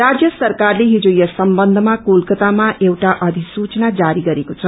राज्य सरकारले हिज यस सम्बन्धमा कलकतामा एउटा अधिसूचना जारी गरेको छ